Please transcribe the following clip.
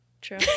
true